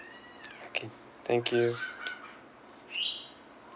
okay thank you